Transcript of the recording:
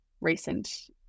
recent